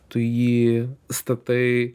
tu jį statai